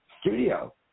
studio